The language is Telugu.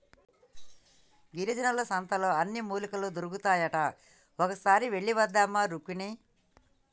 గిరిజనుల సంతలో అన్ని మూలికలు దొరుకుతాయట ఒక్కసారి వెళ్ళివద్దామా రుక్మిణి